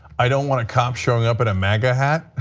i don't want to cop showing up in a maga hat.